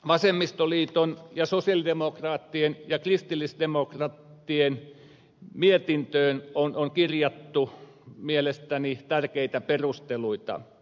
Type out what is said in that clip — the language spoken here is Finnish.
vasemmistoliiton ja sosialidemokraattien ja kristillisdemokraattien mietintöön on kirjattu mielestäni tärkeitä perusteluita